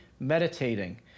Meditating